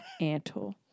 Antle